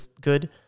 good